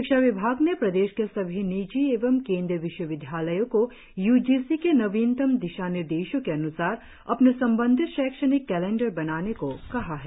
शिक्षा विभाग ने प्रदेश के सभी निजी एवं केंद्रीय विश्वविद्यालयो को यू जी सी के नवीनतम दिशानिर्देशों के अन्सार अपने संबंधित शैक्षणिक कैलेंडर बनाने को कहा है